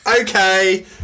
Okay